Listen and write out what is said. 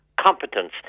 competence